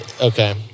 okay